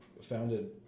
founded